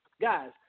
Guys